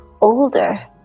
older